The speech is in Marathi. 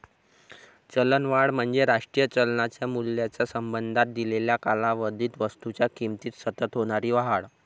चलनवाढ म्हणजे राष्ट्रीय चलनाच्या मूल्याच्या संबंधात दिलेल्या कालावधीत वस्तूंच्या किमतीत सतत होणारी वाढ